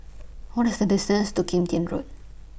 What IS The distance to Kim Tian Road